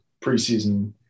preseason